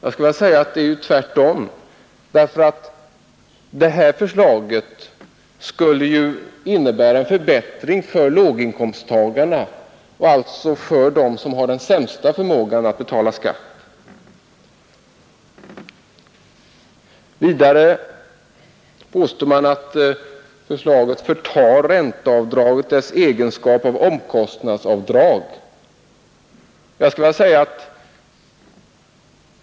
Det förhåller sig tvärtom. Det här förslaget skulle ju innebära en förbättring för låginkomsttagarna och alltså för dem som har den sämsta förmågan att betala skatt. Vidare påstår utskottet att förslaget förtar ränteavdraget dess egenskap av omkostnadsavdrag.